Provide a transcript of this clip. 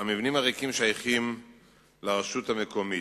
חבר הכנסת אברהם מיכאלי שאל את שר החינוך